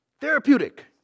Therapeutic